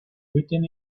written